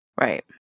Right